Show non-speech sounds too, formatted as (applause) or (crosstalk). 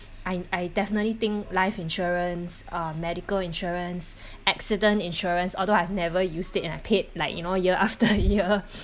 I I definitely think life insurance uh medical insurance accident insurance although I've never used it and I paid like you know year (laughs) after year